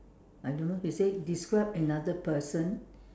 I don't know he say describe another person